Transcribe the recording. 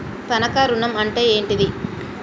తనఖా ఋణం అంటే ఏంటిది?